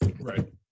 Right